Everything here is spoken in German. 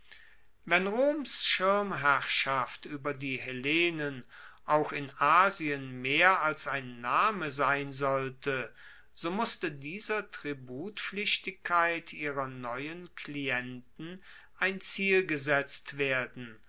wenn roms schirmherrschaft ueber die hellenen auch in asien mehr als ein name sein sollte so musste dieser tributpflichtigkeit ihrer neuen klienten ein ziel gesetzt werden